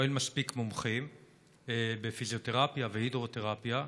או אין מספיק מומחים בפיזיותרפיה והידרותרפיה,